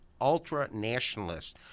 ultra-nationalists